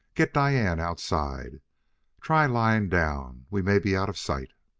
get diane outside try lying down we may be out of sight!